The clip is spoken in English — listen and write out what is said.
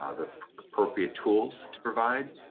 ah the appropriate tools to provide,